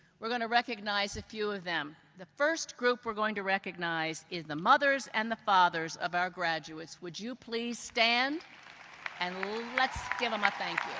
we're going to recognize a few of them. the first group we're going to recognize is the mothers and the fathers of our graduates. would you please stand and let's give them a thank